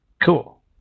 Cool